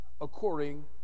according